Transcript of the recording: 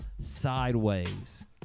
Sideways